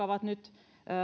ovat nyt